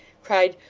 cried,